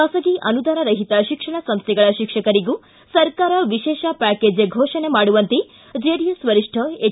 ಖಾಸಗಿ ಅನುದಾನರಹಿತ ಶಿಕ್ಷಣ ಸಂಸ್ಥೆಗಳ ಶಿಕ್ಷಕರಿಗೂ ಸರ್ಕಾರ ವಿಶೇಷ ಪ್ಕಾಕೇಜ್ ಘೋಷಣೆ ಮಾಡುವಂತೆ ಜೆಡಿಎಸ್ ವರಿಷ್ಠ ಎಚ್